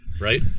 right